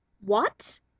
What